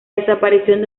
desaparición